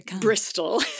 Bristol